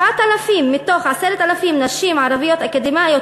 9,000 מתוך 10,000 נשים ערביות אקדמאיות